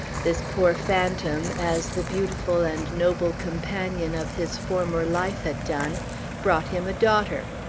this poor phantom as the beautiful and noble companion of his former life had done brought him a daughter.